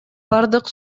бардык